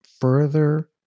further